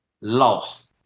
lost